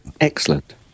Excellent